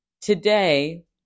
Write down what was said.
today